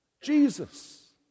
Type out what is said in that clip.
Jesus